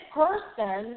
person